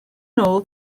nôl